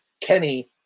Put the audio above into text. Kenny